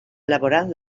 elaborant